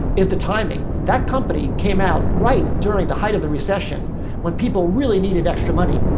is the timing. that company came out right during the height of the recession when people really needed extra money,